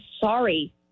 sorry